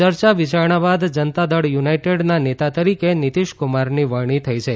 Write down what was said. ચર્ચા વિચારણા બાદ જનતાદળ યુનાઇટેડના નેતા તરીકે નીતિશ કુમારની વરણી થઇ છે